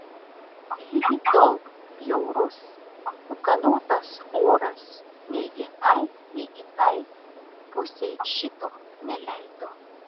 ligi tol bjaurus ūkanotas oras nei vienai nei kitai pusei šito neleido